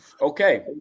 Okay